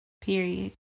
period